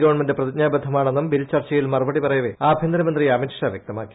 government പ്രതിജ്ഞാബദ്ധമാണെന്നും bill ചർച്ചയിൽ മറുപടി പറയവേ ആഭ്യന്തരമന്ത്രി അമിത് ഷാ വ്യക്തമാക്കി